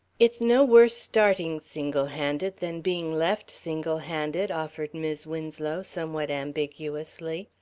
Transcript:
it's no worse starting single-handed than being left single-handed, offered mis' winslow somewhat ambiguously.